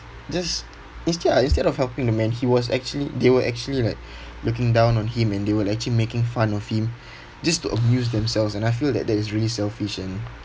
just instead uh instead of helping the man he was actually they were actually like looking down on him and they were actually making fun of him just to amuse themselves and I feel that that is really selfish and